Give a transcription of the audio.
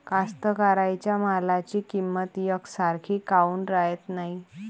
कास्तकाराइच्या मालाची किंमत यकसारखी काऊन राहत नाई?